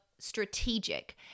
strategic